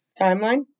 timeline